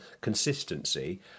consistency